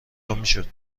میشد